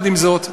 עם זאת,